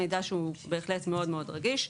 שהיא בהחלט מידע מאוד רגיש.